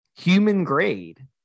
human-grade